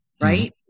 Right